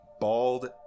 bald